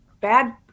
bad